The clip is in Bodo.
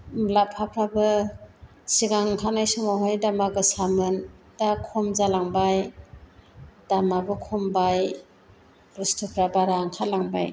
लाफाफ्राबो सिगां ओंखारनाय समावहाय दामआ गोसामोन दा खम जालांबाय दामआबो खमायबाय बुस्थुफ्रा बारा ओंखारलांबाय